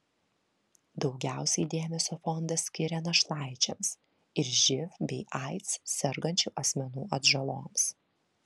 daugiausiai dėmesio fondas skiria našlaičiams ir živ bei aids sergančių asmenų atžaloms